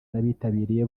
n’abitabiriye